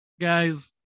guys